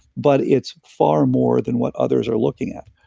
but it's far more than what others are looking at.